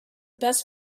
best